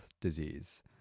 disease